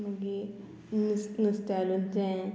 मागीर नुस्त नुसत्या लोणचें